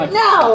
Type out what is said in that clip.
no